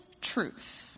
truth